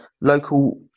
local